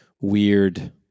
weird